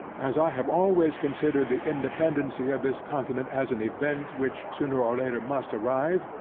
as i have always considered the independancy of this continent, as an event, which sooner or later must arrive,